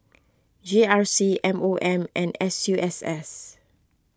G C M O M and S U S S